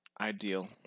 ideal